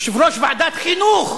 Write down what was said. יושב-ראש ועדת חינוך